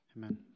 Amen